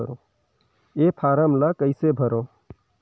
ये फारम ला कइसे भरो?